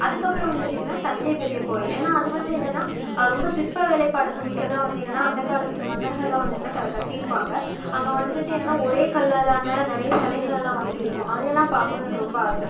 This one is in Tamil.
அதுக்கப்புறம் வந்துவிட்டு என்னென்னா தஞ்சை பெரிய கோயில் ஏன்னா அது வந்து என்னன்னா ரொம்ப சிற்ப வேலைப்பாடுகள் மிக்கதாக வந்து என்னென்னா அந்த காலத்து மன்னர்கள்லாம் வந்து என்னென்னா க அதை கட்டிருப்பாங்க அங்கே வந்துவிட்டு என்னென்னா ஒரே கல்லாலான நிறைய செலைகள் எல்லாம் வந்துவிட்டு இருக்கும் அதை எல்லாம் பார்க்கணுன்னு எனக்கு ரொம்ப ஆசை